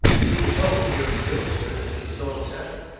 we were told here in dillsborough that it was all settled.